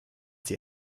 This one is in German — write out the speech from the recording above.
sie